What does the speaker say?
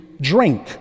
drink